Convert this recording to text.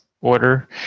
order